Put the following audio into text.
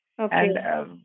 Okay